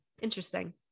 interesting